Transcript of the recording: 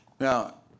Now